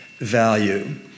value